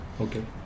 okay